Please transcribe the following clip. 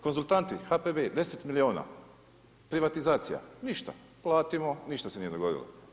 Konzultanti, HPB, 10 milijuna, privatizacija, ništa, platimo, ništa se nije dogodilo.